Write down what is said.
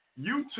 YouTube